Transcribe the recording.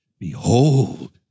Behold